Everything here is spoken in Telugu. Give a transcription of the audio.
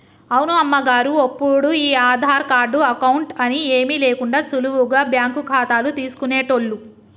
అవును అమ్మగారు ఒప్పుడు ఈ ఆధార్ కార్డు అకౌంట్ అని ఏమీ లేకుండా సులువుగా బ్యాంకు ఖాతాలు తీసుకునేటోళ్లు